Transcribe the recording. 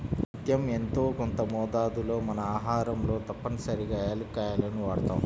నిత్యం యెంతో కొంత మోతాదులో మన ఆహారంలో తప్పనిసరిగా యాలుక్కాయాలను వాడతాం